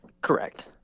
Correct